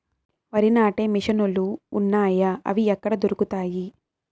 వరి నాటే మిషన్ ను లు వున్నాయా? అవి ఎక్కడ దొరుకుతాయి?